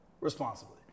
responsibly